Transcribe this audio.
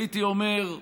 הייתי אומר,